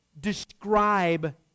describe